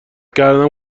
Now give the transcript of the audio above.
کردم